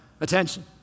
attention